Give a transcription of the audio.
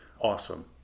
awesome